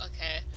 Okay